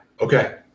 okay